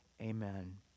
Amen